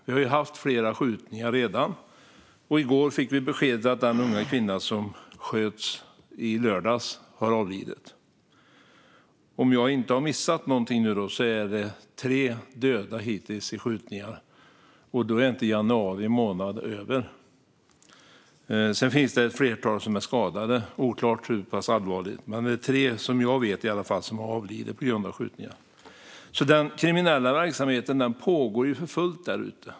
Vi har haft flera skjutningar redan, och i går fick vi beskedet att den unga kvinna som sköts i lördags har avlidit. Om jag inte har missat något är det tre döda hittills i skjutningar, och då är januari månad inte över. Sedan finns det ett flertal som är skadade. Det är oklart hur pass allvarligt, men det är tre som har avlidit på grund av skjutningar, i alla fall vad jag vet. Den kriminella verksamheten pågår för fullt där ute.